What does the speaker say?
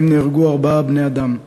שבהן נהרגו ארבעה בני-אדם.